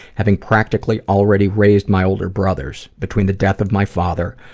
having practically already raised my older brothers. between the death of my father,